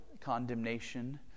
condemnation